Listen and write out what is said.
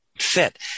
fit